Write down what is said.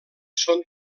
són